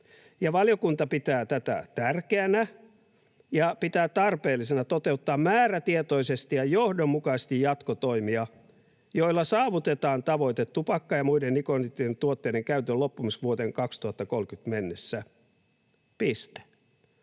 Valiokunta pitää tätä tärkeänä ja pitää ”tarpeellisena toteuttaa määrätietoisesti ja johdonmukaisesti jatkotoimia, joilla saavutetaan tavoite tupakka- ja muiden nikotiinituotteiden käytön loppumiseksi vuoteen 2030 mennessä”. Piste.